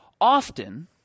Often